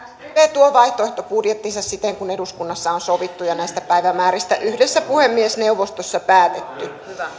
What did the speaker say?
tuo vaihtoehtobudjettinsa siten kuin eduskunnassa on sovittu ja näistä päivämääristä yhdessä puhemiesneuvostossa päätetty